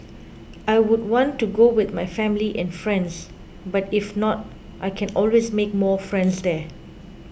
I would want to go with my family and friends but if not I can always make more friends there